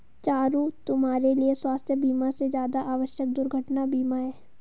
चारु, तुम्हारे लिए स्वास्थ बीमा से ज्यादा आवश्यक दुर्घटना बीमा है